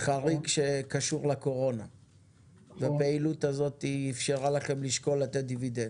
חריג שקשור לקורונה והפעילות הזאת אפשרה לכם לשקול לתת דיבידנד.